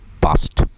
past